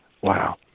Wow